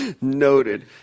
Noted